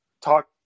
talk